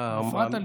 הפרעת לי.